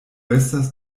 estas